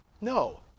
No